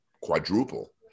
quadruple